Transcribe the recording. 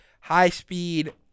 high-speed